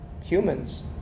humans